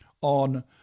on